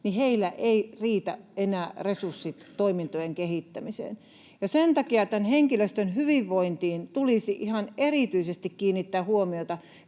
niin heillä eivät riitä enää resurssit toimintojen kehittämiseen. Sen takia tämän henkilöstön hyvinvointiin tulisi ihan erityisesti kiinnittää huomiota,